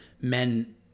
men